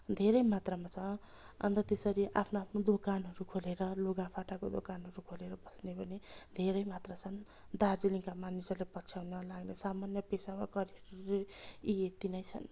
धेरै मात्रमा छ अन्त त्यसरी आफ्नो आफ्नो दोकानहरू खोलेर लुगा फाटाको दोकानहरू खोलेर बस्ने पनि धेरै मात्र छन् दार्जिलिङका मानिसहरूले पछ्याउन लाग्ने सामान्य पेसा वा करियर यी यति नै छन्